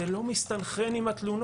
זה לא מסתנכרן עם התלונות.